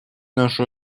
нашу